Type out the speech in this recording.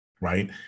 right